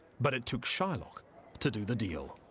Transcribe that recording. but it took shylock to do the deal.